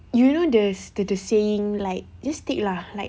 you know the's the the saying like just stick lah like